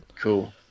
Cool